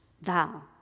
thou